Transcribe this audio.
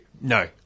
no